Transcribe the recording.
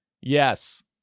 Yes